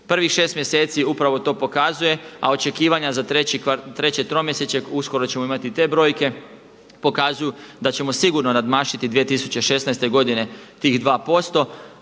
Prvih šest mjeseci upravo to pokazuje a očekivanja za treće tromjesečje uskoro ćemo imati i te brojke pokazuju da ćemo sigurno nadmašiti 2016. godine tih 2%.